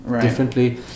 differently